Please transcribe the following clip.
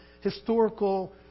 historical